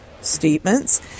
statements